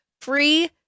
free